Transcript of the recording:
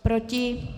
Proti?